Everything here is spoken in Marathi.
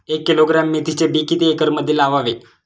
एक किलोग्रॅम मेथीचे बी किती एकरमध्ये लावावे?